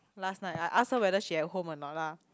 last night I asked her whether she at home or not lah